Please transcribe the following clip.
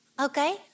Okay